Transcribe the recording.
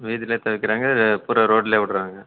வீதியில் தெளிக்கிறாங்க இது பூரா ரோட்லயே விட்றாங்க